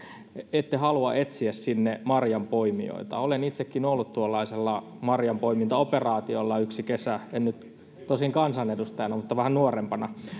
ette halua etsiä sinne marjanpoimijoita olen itsekin ollut tuollaisella marjanpoimintaoperaatiolla yhden kesän en tosin nyt kansanedustajana mutta vähän nuorempana